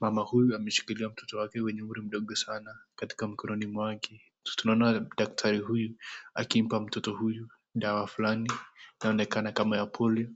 Mama huyu ameshikilia mtoto wake mwenye umri mdogo sanaa. Katika mikononi mwake, tunamuona daktari huyu akimpa mtoto huyu dawa fulani inayo onekana kama ya Polio.